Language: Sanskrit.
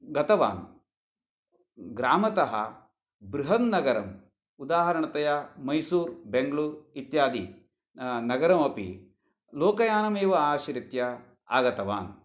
गतवान् ग्रामतः बृहन्नगरं उदाहरणतया मैसूर् बैङ्गलूर् इत्यादि नगरमपि लोकयानम् एव आश्रित्य आगतवान्